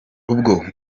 ubwo